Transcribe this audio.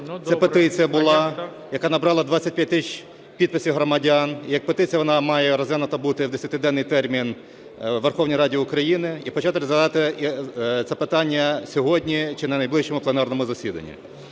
Це петиція була, яка набрала 25 тисяч підписів громадян. І як петиція вона розглянута має бути в 10-денний термін у Верховній Раді України, і почати розглядати це питання сьогодні чи на найближчому пленарному засіданні.